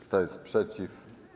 Kto jest przeciw?